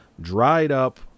dried-up